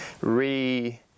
re